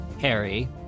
harry